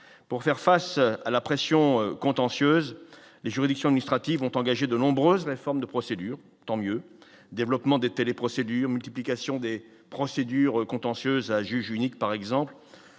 pour faire face à la pression contentieuse, les juridictions nitrates Yves vont engagé de nombreuses réformes de procédure, tant mieux, développement des télé-procédure multiplication des procédures contentieuses à juge unique, par exemple,